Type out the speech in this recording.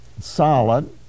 solid